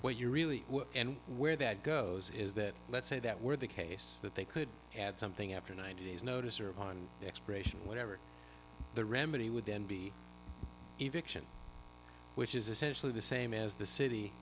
what you're really and where that goes is that let's say that were the case that they could had something after ninety days notice or on the expiration whatever the remedy would then be which is essentially the same as the city